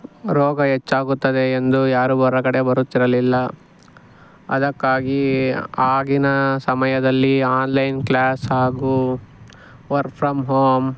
ರೋಗ ಹೆಚ್ಚಾಗುತ್ತದೆ ಎಂದು ಯಾರೂ ಹೊರಗಡೆ ಬರುತ್ತಿರಲಿಲ್ಲ ಅದಕ್ಕಾಗಿ ಆಗಿನ ಸಮಯದಲ್ಲಿ ಆನ್ಲೈನ್ ಕ್ಲಾಸ್ ಹಾಗೂ ವರ್ಕ್ ಫ್ರಮ್ ಹೋಮ್